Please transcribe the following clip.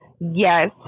Yes